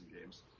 games